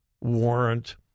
warrant